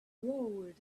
roared